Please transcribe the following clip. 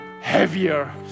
heavier